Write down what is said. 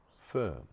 firm